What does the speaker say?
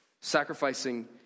Sacrificing